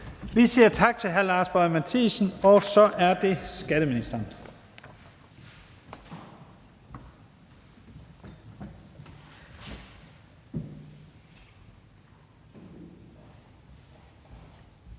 Vi siger tak til hr. Lars Boje Mathiesen, og så er det skatteministeren.